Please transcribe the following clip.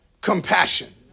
compassion